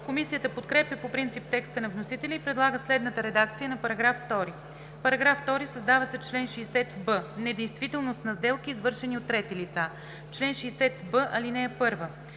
Комисията подкрепя по принцип текста на вносителя и предлага следната редакция на § 2: „§ 2. Създава се чл. 60б: „Недействителност на сделки, извършени от трети лица Чл. 60б. (1)